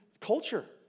culture